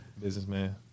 Businessman